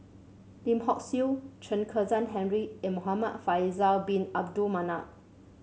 Lim Hock Siew Chen Kezhan Henri and Muhamad Faisal Bin Abdul Manap